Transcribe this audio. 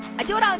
i do it all